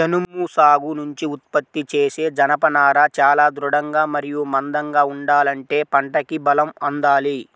జనుము సాగు నుంచి ఉత్పత్తి చేసే జనపనార చాలా దృఢంగా మరియు మందంగా ఉండాలంటే పంటకి బలం అందాలి